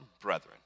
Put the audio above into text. brethren